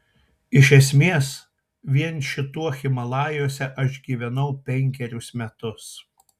iš esmės vien šituo himalajuose aš gyvenau penkerius metus